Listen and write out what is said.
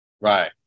Right